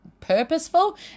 purposeful